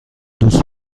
دوست